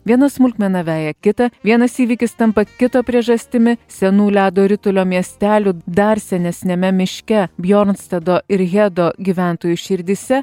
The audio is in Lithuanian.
viena smulkmena veja kitą vienas įvykis tampa kito priežastimi senų ledo ritulio miestelių dar senesniame miške bjornstado ir hedo gyventojų širdyse